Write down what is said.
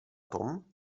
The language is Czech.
tom